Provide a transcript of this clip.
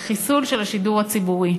אלא בחיסול של השידור הציבורי,